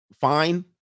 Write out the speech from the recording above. fine